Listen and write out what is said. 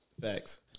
Facts